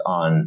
on